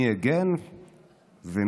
מי הגן ומי